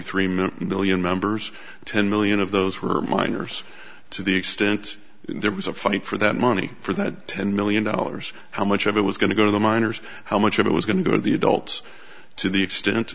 three million members ten million of those were minors to the extent there was a fight for that money for that ten million dollars how much of it was going to go to the minors how much of it was going to the adult to the